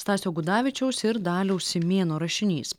stasio gudavičiaus ir daliaus simėno rašinys